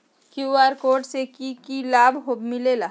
QR code से कि कि लाव मिलेला?